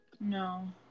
No